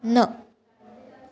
न